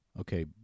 Okay